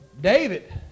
David